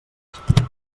resposta